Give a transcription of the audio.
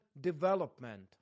development